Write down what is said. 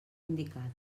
indicada